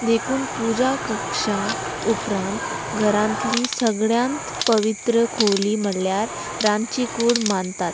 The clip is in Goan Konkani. देखून पुजा कक्षा उपरांत घरांतली सगळ्यांत पवित्र खोली म्हणल्यार रांदची कूड मानतात